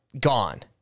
gone